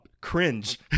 Cringe